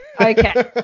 Okay